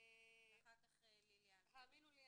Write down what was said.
האמינו לי,